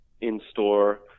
in-store